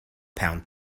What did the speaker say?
pound